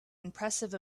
impressive